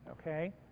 Okay